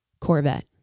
Corvette